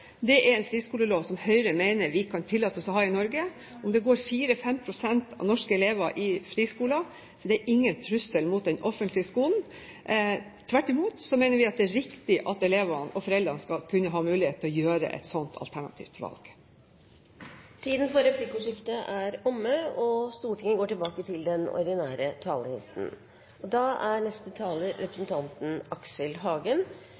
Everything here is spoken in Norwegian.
initierte, er en friskolelov som Høyre mener vi kan tillate oss å ha i Norge. Om det går 4–5 pst. norske elever i friskoler, er det ingen trussel mot den offentlige skolen. Tvert imot mener vi at det er riktig at elevene og foreldrene skal kunne ha mulighet til å gjøre et slikt valg. Replikkordskiftet er omme. I regionalpolitikken skiller en gjerne mellom den lille og den store politikken. Den lille handler om by- og